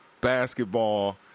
basketball